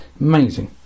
Amazing